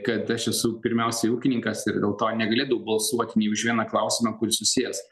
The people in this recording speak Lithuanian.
kad aš esu pirmiausiai ūkininkas ir dėl to negalėdavau balsuoti nei už vieną klausimą kuris susijęs